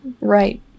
Right